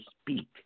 speak